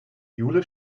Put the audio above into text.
jule